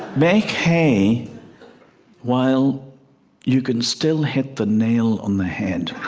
make hay while you can still hit the nail on the head.